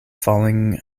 falling